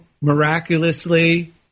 miraculously